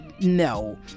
no